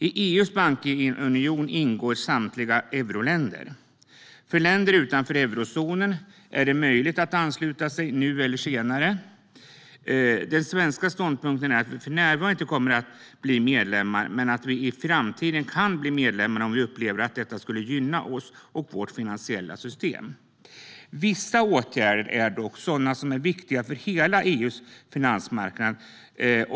I EU:s bankunion ingår samtliga euroländer. För länder utanför eurozonen är det möjligt att ansluta sig nu eller senare. Den svenska ståndpunkten är att vi för närvarande inte kommer att bli medlemmar men att vi i framtiden kan bli medlemmar om vi upplever att detta skulle gynna oss och vårt finansiella system. Vissa åtgärder är viktiga för hela EU:s finansmarknad.